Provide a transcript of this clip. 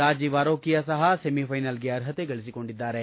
ರಾಜೀವ್ ಅರೋಕಿಯಾ ಸಹ ಸೆಮಿಫ್ಲೆನಲ್ಗೆ ಅರ್ಹತೆ ಗಳಿಸಿಕೊಂಡಿದ್ದಾರೆ